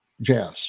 jazz